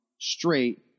straight